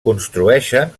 construeixen